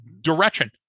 direction